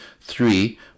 Three